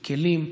מכלים,